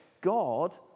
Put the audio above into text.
God